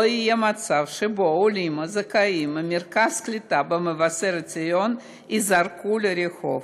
לא יהיה מצב שהעולים הזכאים ממרכז הקליטה במבשרת ציון ייזרקו לרחוב.